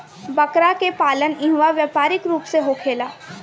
बकरा के पालन इहवा व्यापारिक रूप से होखेला